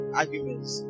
arguments